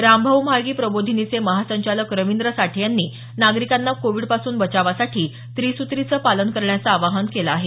रामभाऊ म्हाळगी प्रबोधिनीचे महासंचालक रवींद्र साठे यांनी नागरिकांना कोविडपासून बचावासाठी त्रिसुत्रींचं पालन करण्याचं आवाहन केलं आहे